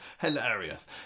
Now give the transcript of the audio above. hilarious